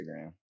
Instagram